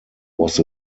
was